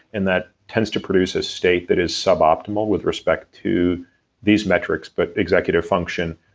and that tends to produce a state that is suboptimal with respect to these metrics, but executive function,